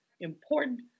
important